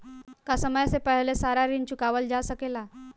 का समय से पहले सारा ऋण चुकावल जा सकेला?